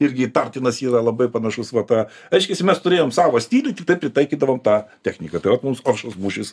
irgi įtartinas yra labai panašus va ta reiškiasi mes turėjom savo stilių tiktai pritaikydavom tą techniką tai vat mums oršos mūšis